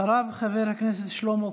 אחריו, חבר הכנסת שלמה קרעי.